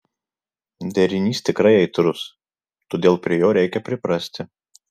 derinys tikrai aitrus todėl prie jo reikia priprasti